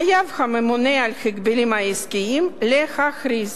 חייב הממונה על ההגבלים העסקיים להכריז